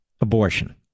abortion